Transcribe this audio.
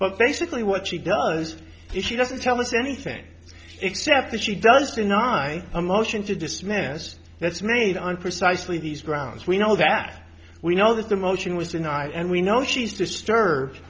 but basically what she does is she doesn't tell us anything except that she does deny a motion to dismiss that's made on precisely these grounds we know that we know that the motion was denied and we know she's disturbed